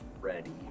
ready